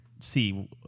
See